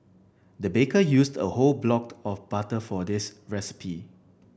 the baker used a whole block of butter for this recipe